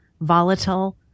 volatile